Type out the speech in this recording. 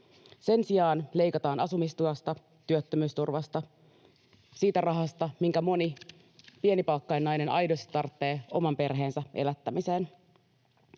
Sen sijaan leikataan asumistuesta, työttömyysturvasta, siitä rahasta, minkä moni pienipalkkainen nainen aidosti tarvitsee oman perheensä elättämiseen.